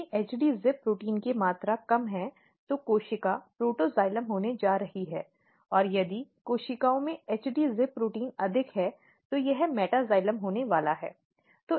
यदि HD ZIP protein की मात्रा कम है तो कोशिका प्रोटॉक्सिलेम होने जा रही है और यदि कोशिकाओं में HD ZIP प्रोटीन अधिक है तो यह मेटाकाइलम होने वाला है